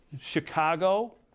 Chicago